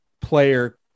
player